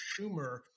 Schumer